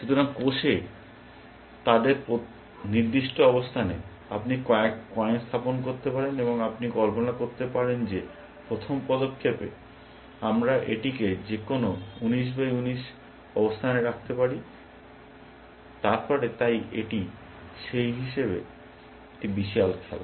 সুতরাং কোষে তাদের নির্দিষ্ট অবস্থানে আপনি কয়েন স্থাপন করতে পারেন এবং আপনি কল্পনা করতে পারেন যে প্রথম পদক্ষেপে আমরা এটিকে যেকোন ঊনিশ বাই ঊনিশ অবস্থানে রাখতে পারি এবং তারপরে তাই এটি সেই হিসেবে একটি বিশাল খেলা